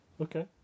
Okay